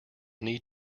need